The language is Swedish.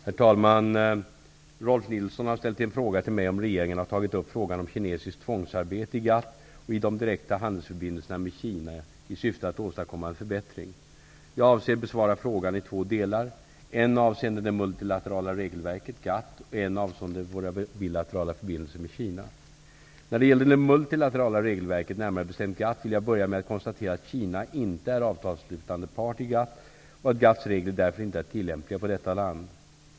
Herr talman! Rolf L Nilson har ställt en fråga till mig om regeringen har tagit upp frågan om kinesiskt tvångsarbete i GATT och i de direkta handelsförbindelserna med Kina i syfte att åstadkomma en förbättring. Jag avser besvara frågan i två delar: en avseende det multilaterala regelverket och en avseende våra bilaterala förbindelser med Kina. När det gäller det multilaterala regelverket, närmare bestämt GATT, vill jag börja med att konstatera att Kina inte är avtalsslutande part i GATT och att GATT:s regler därför inte är tillämpliga på detta land.